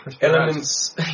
elements